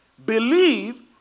Believe